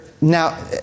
now